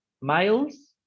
miles